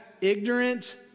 ignorant